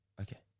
Okay